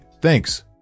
thanks